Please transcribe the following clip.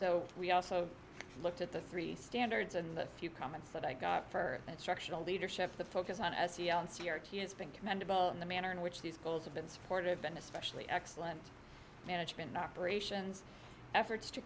so we also looked at the three standards and the few comments that i got for instructional leadership the focus on s c l and c r t has been commendable in the manner in which these goals have been supportive and especially excellent management an operations efforts to